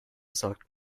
sagt